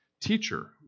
Teacher